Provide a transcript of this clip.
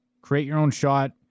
create-your-own-shot